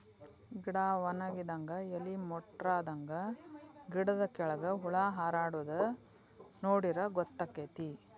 ಗಿಡಾ ವನಗಿದಂಗ ಎಲಿ ಮುಟ್ರಾದಂಗ ಗಿಡದ ಕೆಳ್ಗ ಹುಳಾ ಹಾರಾಡುದ ನೋಡಿರ ಗೊತ್ತಕೈತಿ